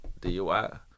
DUI